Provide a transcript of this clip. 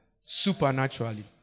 supernaturally